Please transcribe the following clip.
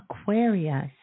Aquarius